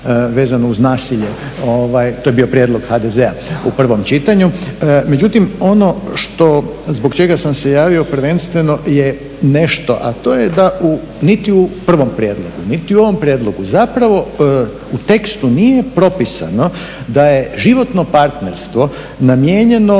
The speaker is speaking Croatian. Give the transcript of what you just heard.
vezano uz nasilje, to je prijedlog HDZ-a u prvom čitanju. Međutim ono zbog čega sam se javio prvenstveno je nešto, a to je da u niti prvom prijedlogu, niti u ovom prijedlogu u tekstu nije propisano da je životno partnerstvo namijenjeno